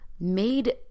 made